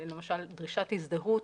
למשל דרישת הזדהות